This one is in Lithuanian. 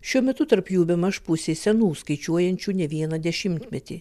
šiuo metu tarp jų bemaž pusė senų skaičiuojančių ne vieną dešimtmetį